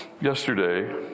yesterday